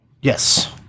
yes